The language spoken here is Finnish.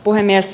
puhemies